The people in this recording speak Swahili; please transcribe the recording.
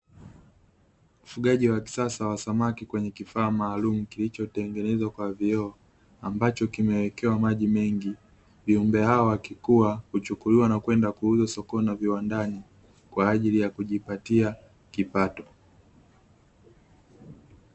Ufugaji wa kisasa wa samaki kwenye kifaa maalumu kilichotengenezwa kwa vioo, ambacho kimewekewa maji mengi. Viumbe hao wakikua huchukuliwa na kwenda kuuzwa sokoni na viwandani kwa ajili yakujipatia kipato.